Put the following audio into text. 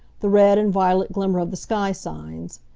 the red and violet glimmer of the sky signs.